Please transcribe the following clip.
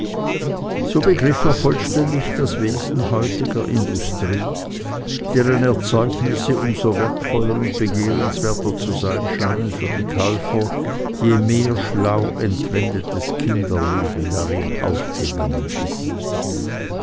so begriff er vollständig das wesen heutiger industrie deren erzeugnisse um so wertvoller und begehrenswerter zu sein scheinen für die käufer je mehr schlau entwendetes kinderleben darin aufgegangen ist